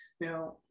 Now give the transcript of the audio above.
Now